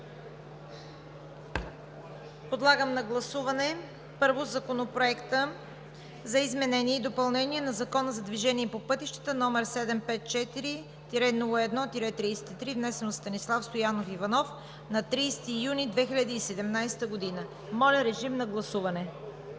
Подлагам на гласуване първо Законопроект за изменение и допълнение на Закона за движение по пътищата № 754-01-33, внесен от Станислав Стоянов Иванов на 30 юни 2017 г. Гласували